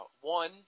one